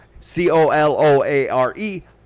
C-O-L-O-A-R-E